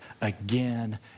again